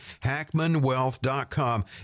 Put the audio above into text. Hackmanwealth.com